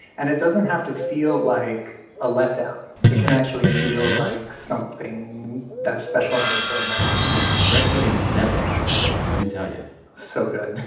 and it doesn't have to feel like a letdown. it can actually feel like something that's special on its own merits yeah. bread pudding is never a letdown, let me tell you so good.